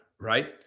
right